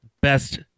best